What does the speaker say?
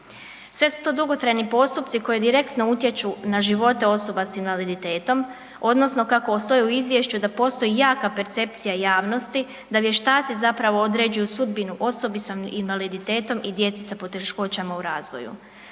Sve su to dugotrajni postupci koji direktno utječu na živote osoba sa invaliditetom odnosno kako stoji u izvješću, da postoji jaka percepcija javnosti da vještaci zapravo određuju sudbinu osobi sa invaliditetom i djeci sa poteškoćama u razvoju.